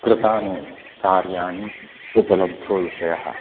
कृतानि कार्याणि उपलब्धोविषयः